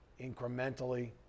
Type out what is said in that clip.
incrementally